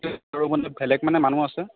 বেলেগ মানে মানুহ আছে